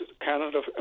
Canada